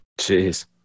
Jeez